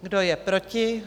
Kdo je proti?